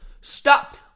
Stop